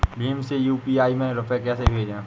भीम से यू.पी.आई में रूपए कैसे भेजें?